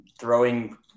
throwing